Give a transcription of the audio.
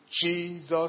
Jesus